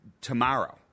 tomorrow